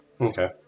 Okay